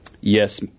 Yes